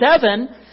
seven